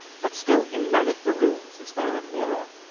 but still in none of the rooms is there a mirror.